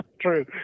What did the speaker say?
True